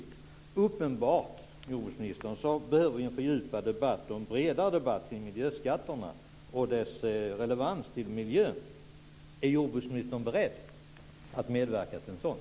Det är uppenbart, jordbruksministern, att vi bör föra en fördjupad och bredare debatt om miljöskatterna och dess relevans till miljön. Är jordbruksministern beredd att medverka till en sådan?